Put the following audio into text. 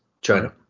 china